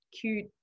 cute